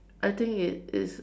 I think it is